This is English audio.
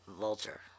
vulture